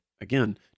again